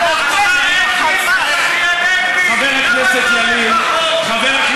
אנחנו אשמים, צחי הנגבי.